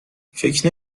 فکر